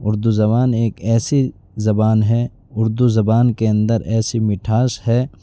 اردو زبان ایک ایسی زبان ہے اردو زبان کے اندر ایسی مٹھاس ہے